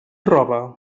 roba